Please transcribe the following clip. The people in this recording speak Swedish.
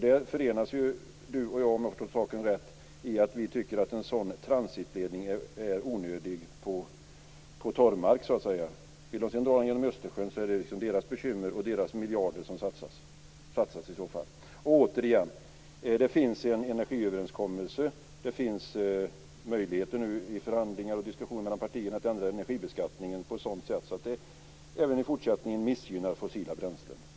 Där förenas du och jag, om jag har förstått rätt, i att vi tycker att en sådan transitledning är onödig på torrmark. Om de vill dra den genom Östersjön är det ju deras bekymmer och deras miljarder som satsas. Det finns en energiöverenskommelse. Det finns möjligheter i förhandlingar och diskussioner mellan partierna att ändra energibeskattningen på ett sådant sätt att det även i fortsättningen missgynnar fossila bränslen.